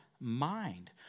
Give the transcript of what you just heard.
mind